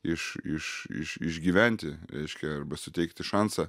iš iš iš išgyventi reiškia arba suteikti šansą